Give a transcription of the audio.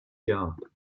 job